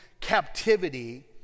captivity